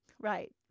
Right